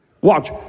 watch